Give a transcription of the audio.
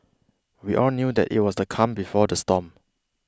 we all knew that it was the calm before the storm